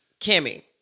Kimmy